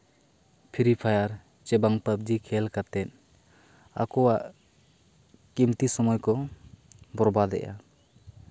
free fire ᱪᱮ ᱵᱟᱝ ᱯᱟᱵᱽᱡᱤ ᱠᱷᱮᱞ ᱠᱟᱛᱮᱫ ᱟᱠᱚᱣᱟᱜ ᱠᱤᱢᱛᱤ ᱥᱚᱢᱚᱭ ᱠᱚ ᱵᱚᱨᱵᱟᱫᱮᱜᱼᱟ